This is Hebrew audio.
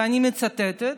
ואני מצטטת: